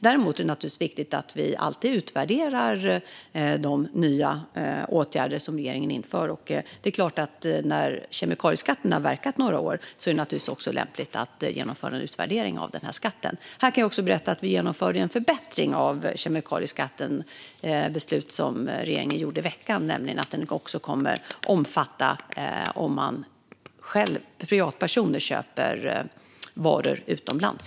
Däremot är det naturligtvis viktigt att vi alltid utvärderar de nya åtgärder som regeringen vidtar. När kemikalieskatten har verkat i några år är det naturligtvis också lämpligt att genomföra en utvärdering av den. Jag kan också berätta att regeringen har genomfört en förbättring av kemikalieskatten genom ett beslut i veckan om att skatten också kommer att omfatta privatpersoner som köper varor utomlands.